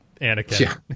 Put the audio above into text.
Anakin